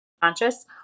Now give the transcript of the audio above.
conscious